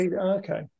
Okay